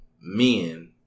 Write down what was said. men